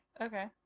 okay